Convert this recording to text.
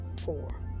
four